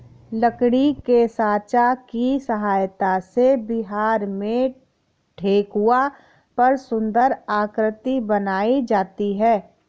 लकड़ी के साँचा की सहायता से बिहार में ठेकुआ पर सुन्दर आकृति बनाई जाती है